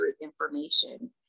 information